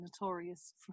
notorious